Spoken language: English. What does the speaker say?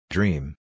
Dream